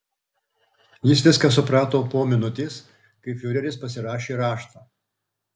jis viską suprato po minutės kai fiureris pasirašė raštą